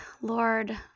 Lord